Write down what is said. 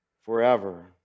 Forever